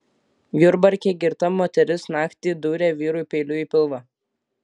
jurbarke girta moteris naktį dūrė vyrui peiliu į pilvą